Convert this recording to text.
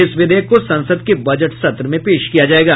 इस विधेयक को संसद के बजट सत्र में पेश किया जाएगा